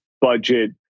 budget